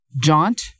jaunt